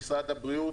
מנסים להקדים את זה.